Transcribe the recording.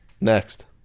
Next